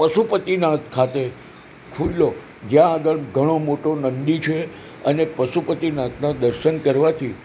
પશુપતિનાથ ખાતે ખુલ્યો જ્યાં આગળ ઘણો મોટો નંદી છે અને પશુપતિનાથનાં દર્શન કરવાથી